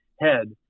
head